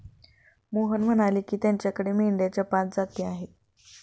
मोहन म्हणाले की, त्याच्याकडे मेंढ्यांच्या पाच जाती आहेत